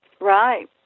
Right